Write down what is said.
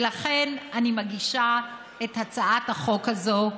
ולכן אני מגישה את הצעת החוק הזאת,